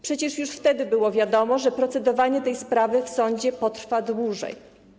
Przecież już wtedy było wiadomo, że procedowanie tej sprawy w sądzie potrwa dłużej.